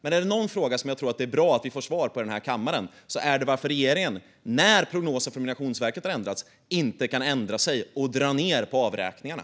Men en fråga som jag tror att det är bra att vi får svar på i denna kammare är varför regeringen, när prognosen från Migrationsverket har ändrats, inte kan ändra sig och dra ned på avräkningarna.